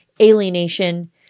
alienation